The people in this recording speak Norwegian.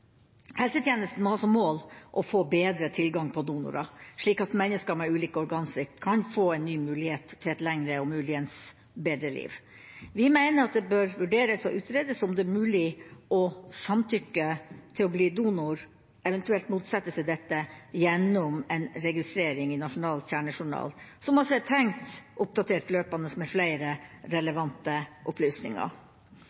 Helsetjenesten må ha som mål å få bedre tilgang på donorer, slik at mennesker med ulike organsvikt kan få en ny mulighet til et lengre og muligens bedre liv. Vi mener at det bør vurderes og utredes om det er mulig å samtykke til å bli donor, eventuelt motsette seg dette, gjennom en registrering i Nasjonal Kjernejournal, som er tenkt løpende oppdatert med flere relevante opplysninger.